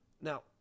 Now –